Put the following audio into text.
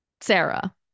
Sarah